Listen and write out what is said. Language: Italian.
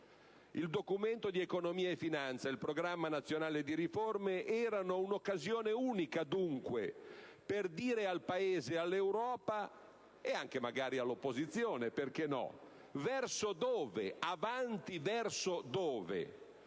Il Documento di economia e finanza e il Programma nazionale di riforma erano un'occasione unica, dunque, per dire al Paese e all'Europa - e anche magari all'opposizione, perché no - verso dove andare